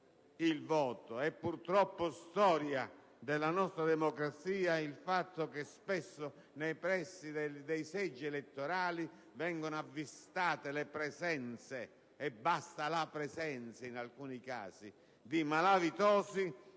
il voto. È, purtroppo, storia della nostra democrazia il fatto che spesso nei pressi dei seggi elettorali vengono avvistate le presenze - e basta la presenza in alcuni casi - di malavitosi